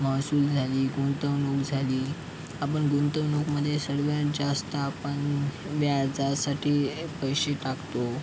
महसूल झाली गुंतवणूक झाली आपण गुंतवणूकमध्ये सर्वात जास्त आपण व्याजासाठी पैसे टाकतो